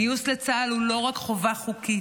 הגיוס לצה"ל הוא לא רק חובה חוקית,